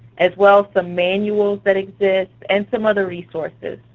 as well, some manuals that exist and some other resources.